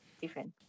different